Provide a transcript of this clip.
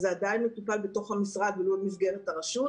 זה עדיין מטופל בתוך המשרד ולא במסגרת הרשות.